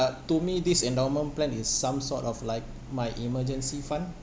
to me this endowment plan is some sort of like my emergency fund